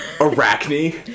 Arachne